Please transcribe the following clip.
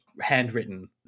handwritten